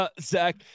Zach